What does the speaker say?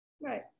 Right